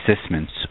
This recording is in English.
assessments